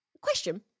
Question